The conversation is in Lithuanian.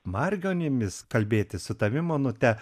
margionimis kalbėti su tavim onute